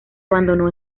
abandonó